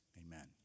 amen